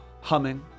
humming